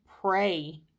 pray